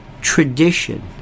tradition